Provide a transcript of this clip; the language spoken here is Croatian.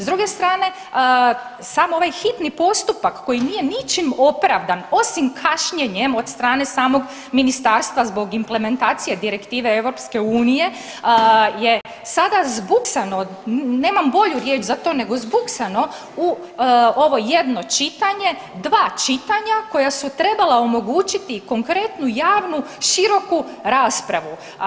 S druge strane sam ovaj hitni postupak koji nije ničim opravdan osim kašnjenjem od strane samog ministarstva zbog implementacije direktive EU je sada zbuksano, nemam bolju riječ za to nego zbuksano u ovo jedno čitanje, dva čitanja koja su trebala omogućiti konkretnu javnu široku raspravu.